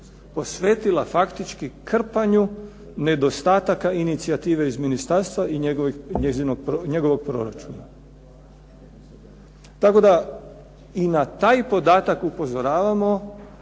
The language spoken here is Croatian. posvetila faktički krpanju nedostataka inicijative iz ministarstva i njegovog proračuna. Tako da i na taj podatak upozoravamo